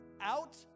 out